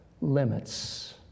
limits